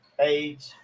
age